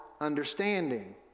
understanding